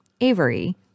Avery